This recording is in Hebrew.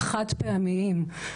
חד-פעמיים.